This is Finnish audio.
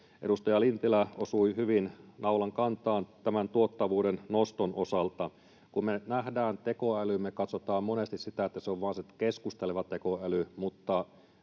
Edustaja Lintilä osui hyvin naulan kantaan tämän tuottavuuden noston osalta. Kun me nähdään tekoäly, me katsotaan monesti sitä, että se on vain se keskusteleva tekoäly,